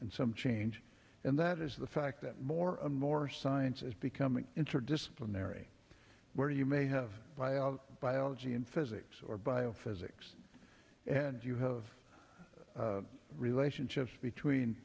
and some change and that is the fact that more and more science is becoming interdisciplinary where you may have buy out biology in physics or by a physics and you have relationships between